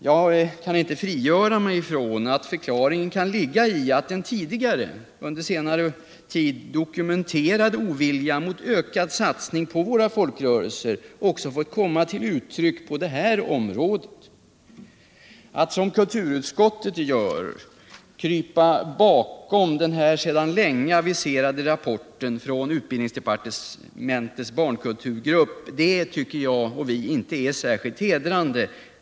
Jag kan inte frigöra mig från att förklaringen kan ligga i att den, på senare tid dokumenterade oviljan mot ökad satsning på våra folkrörelser också fått komma till uttryck på det här området. Att som kulturutskottet gör krypa bakom den sedan länge aviserade rapporten från utbildningsdepartementets barnkulturgrupp tycker vi inte är särskilt hedrande.